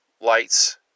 lights